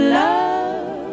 love